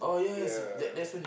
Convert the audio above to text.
ya